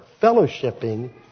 fellowshipping